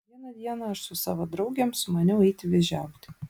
vieną dieną aš su savo draugėm sumaniau eiti vėžiauti